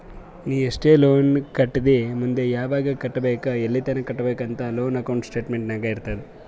ನೀ ಎಸ್ಟ್ ಲೋನ್ ಕಟ್ಟಿದಿ ಮುಂದ್ ಯಾವಗ್ ಕಟ್ಟಬೇಕ್ ಎಲ್ಲಿತನ ಕಟ್ಟಬೇಕ ಅಂತ್ ಲೋನ್ ಅಕೌಂಟ್ ಸ್ಟೇಟ್ಮೆಂಟ್ ನಾಗ್ ಇರ್ತುದ್